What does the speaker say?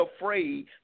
afraid